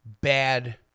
bad